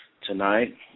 Tonight